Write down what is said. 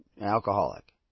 alcoholic